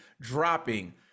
dropping